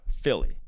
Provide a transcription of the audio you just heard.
Philly